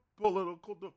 political